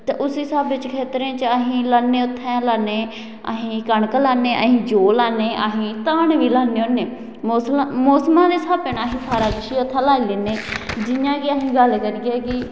ते उसी स्हाबै च खेत्तरे च अहीं लान्ने उत्थें लान्ने अहीं कनक लान्ने अहीं चौल लान्ने अहीं धान बी लान्ने होने मौसमां दे स्हाबै कन्नै अहीं सारा किश इत्थें लाई लैने जि'यां कि अहीं गल्ल करियै कि